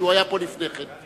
כי הוא היה פה לפני כן,